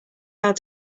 hard